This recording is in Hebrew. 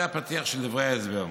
זה הפתיח של דברי ההסבר.